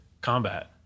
combat